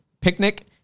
picnic